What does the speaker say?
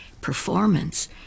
performance